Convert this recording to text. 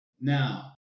now